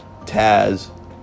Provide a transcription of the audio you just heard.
Taz